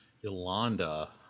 Yolanda